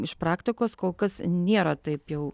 iš praktikos kol kas nėra taip jau